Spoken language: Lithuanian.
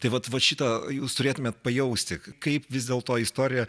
tai vat vat šitą jūs turėtumėt pajausti kaip vis dėl to istorija